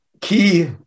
key